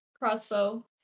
Crossbow